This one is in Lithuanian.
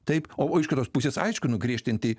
taip o iš kitos pusės aišku nu griežtinti